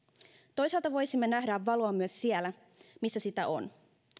toisaalta voisimme nähdä valoa myös siellä missä sitä on